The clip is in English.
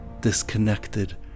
disconnected